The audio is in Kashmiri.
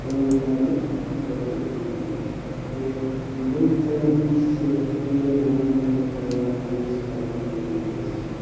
کٲم کَرنہٕ خٲطرٕ کِہینۍ تہٕ یِم چَلینجِس چھِ اِنڈین وومینہٕ پیٚوان فیس کَرٕنۍ ڈیلی بیسز پٮ۪ٹھ